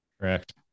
Correct